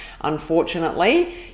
unfortunately